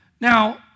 now